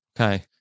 okay